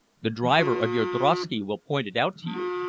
the driver of your drosky will point it out to you.